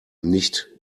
nicht